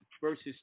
versus